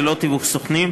ללא תיווך סוכנים,